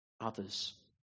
others